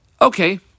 Okay